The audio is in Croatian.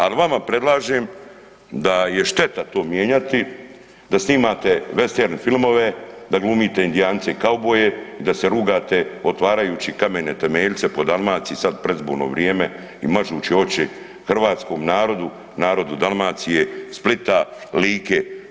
A vama predlažem da je šteta to mijenjati, da snimate vestern filmove, da glumite Indijance i kauboje i da se rugate otvarajući kamene temeljce po Dalmaciji sad u predizborno vrijeme i mažući oči hrvatskom narodu, narodu Dalmacije, Splite, Like.